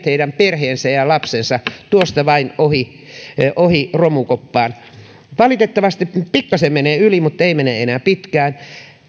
heidän perheensä ja heidän lapsensa tuosta vain ohi ohi romukoppaan valitettavasti pikkaisen menee yli mutta ei mene enää pitkään